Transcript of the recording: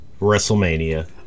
WrestleMania